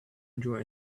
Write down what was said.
enjoy